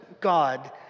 God